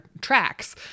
tracks